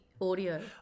audio